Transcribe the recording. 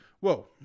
Whoa